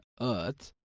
earth